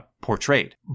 portrayed